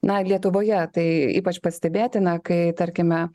na lietuvoje tai ypač pastebėtina kai tarkime